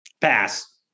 Pass